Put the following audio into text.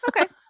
Okay